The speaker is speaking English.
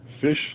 fish